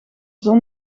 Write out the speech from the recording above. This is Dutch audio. zon